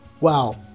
wow